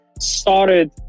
started